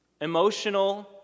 Emotional